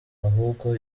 ahubwo